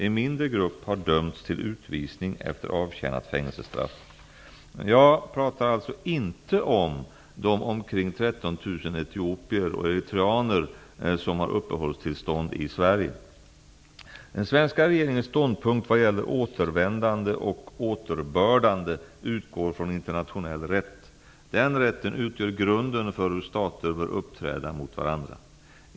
En mindre grupp har dömts till utvisning efter avtjänat fängelsestraff. Jag pratar alltså inte om de omkring 13 000 etiopier och eritreaner som har uppehållstillstånd i Sverige. Den svenska regeringens ståndpunkt vad gäller återvändande och återbördande utgår från internationell rätt. Den rätten utgör grunden för hur stater bör uppträda mot varandra.